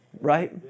right